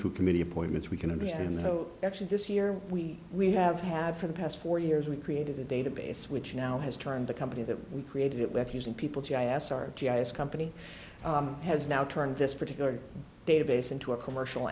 through committee appointments we can envision so actually this year we we have had for the past four years we created a database which now has turned the company that we created it with using people g i s our g i s company has now turned this particular database into a commercial